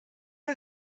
are